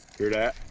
hear that?